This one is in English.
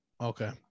Okay